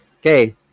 Okay